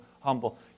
humble